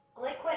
liquid